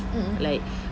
like